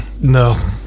No